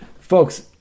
folks